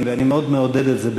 ואני מאוד מעודד את זה,